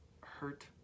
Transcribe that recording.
hurt